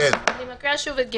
אקריא שוב את (ג).